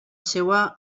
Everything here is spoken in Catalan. seua